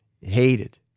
hated